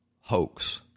hoax